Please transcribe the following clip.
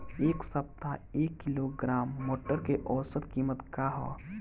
एक सप्ताह एक किलोग्राम मटर के औसत कीमत का ह?